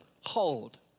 hold